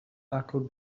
acyl